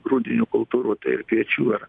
grūdinių kultūrų kviečių ar